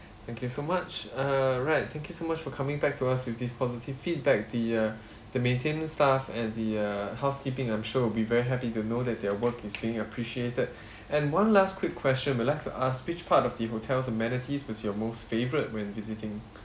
thank you so much err alright thank you so much for coming back to us with this positive feedback the uh the maintainence staff and the uh housekeeping I'm sure would be very happy to know that their work is being appreciated and one last quick question I would like to ask which part of the hotel's amenities was your most favourite when visiting